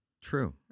True